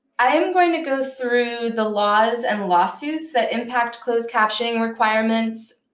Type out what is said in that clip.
i am going to go through the laws and lawsuits that impact closed captioning requirements,